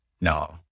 no